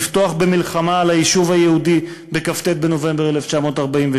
לפתוח במלחמה על היישוב היהודי בכ"ט בנובמבר 1947?